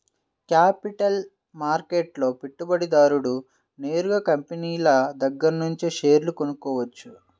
capital మార్కెట్లో పెట్టుబడిదారుడు నేరుగా కంపినీల దగ్గరనుంచే షేర్లు కొనుక్కోవచ్చు